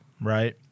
right